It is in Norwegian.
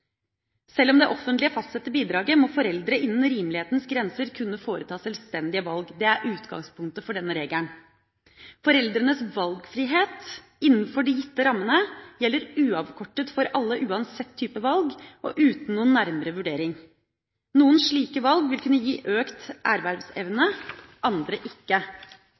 Sjøl om det offentlige fastsetter bidraget, må foreldrene innenfor rimelighetens grenser kunne foreta sjølstendige valg – det er utgangspunktet for den regelen. Foreldrenes valgfrihet innenfor de gitte rammene gjelder uavkortet for alle, uansett type valg og uten noen nærmere vurdering. Noen slike valg vil kunne gi økt ervervsevne, andre